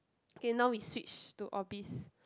okay now we switch to Orbis